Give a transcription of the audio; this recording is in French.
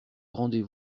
rendez